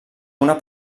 una